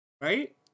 Right